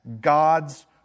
God's